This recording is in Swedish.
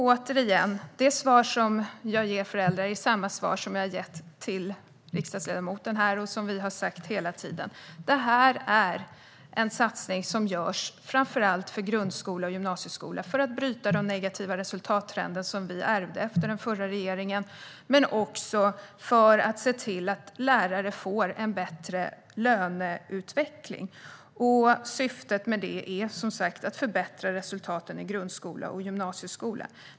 Återigen: Det svar som jag ger föräldrar är samma svar som jag har gett till riksdagsledamoten här och som vi har gett hela tiden: Detta är en satsning som görs framför allt för grundskola och gymnasieskola för att bryta den negativa resultattrend som vi ärvde från den förra regeringen men också för att se till att lärare får en bättre löneutveckling. Syftet med det är som sagt att förbättra resultaten i grundskola och gymnasieskola.